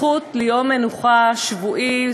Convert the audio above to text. זכות ליום מנוחה שבועי,